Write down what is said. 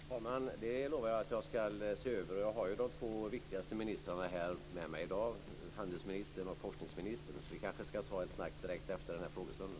Fru talman! Jag lovar att jag ska se över det. Jag har ju de två viktigaste ministrarna med mig här i dag, handelsministern och forskningsministern. Vi kanske ska ta ett snack direkt efter den här frågestunden.